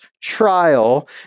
trial